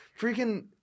Freaking